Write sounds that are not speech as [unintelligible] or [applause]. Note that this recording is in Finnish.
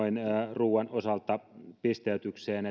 ruuan osalta pisteytykseen [unintelligible]